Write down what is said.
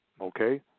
Okay